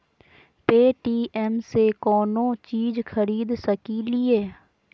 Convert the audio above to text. Paytm से कौनो चीज खरीद सकी लिय?